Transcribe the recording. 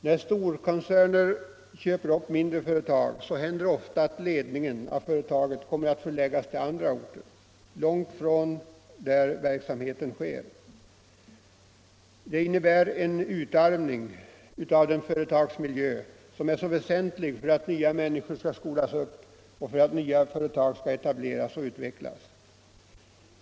När storkoncerner köper upp mindre företag händer det ofta att ledningen för företaget kommer att förläggas till andra orter, långt från den där verksamheten sker. Det innebär en utarmning av en företagsmiljö, vilken är så väsentlig när det gäller att skola upp nya människor och för att nya företag skall etableras och utvecklas.